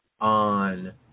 on